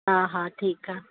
हा हा ठीकु आहे